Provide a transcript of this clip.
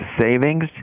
savings